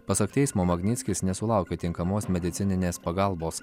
pasak teismo magnickis nesulaukė tinkamos medicininės pagalbos